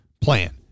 plan